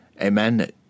Amen